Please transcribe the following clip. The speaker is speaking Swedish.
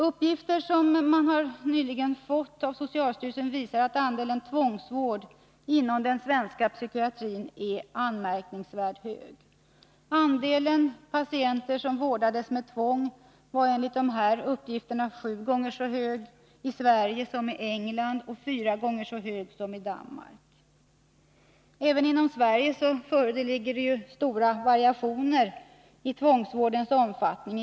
Uppgifter som nyligen har redovisats av socialstyrelsen visar att andelen tvångsvård inom den svenska psykiatrin är anmärkningsvärt hög. Andelen patienter som vårdades med tvång var enligt dessa uppgifter sju gånger så hög i Sverige som i England och fyra gånger så hög som i Danmark. Även inom Sverige föreligger stora variationer i tvångsvårdens omfattning.